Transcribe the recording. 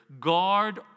guard